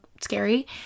scary